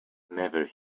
never